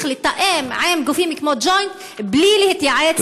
לתאם עם גופים כמו הג'וינט בלי להתייעץ עם,